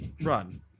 run